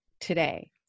today